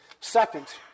Second